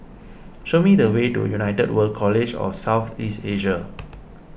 show me the way to United World College of South East Asia